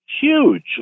huge